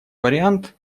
вариант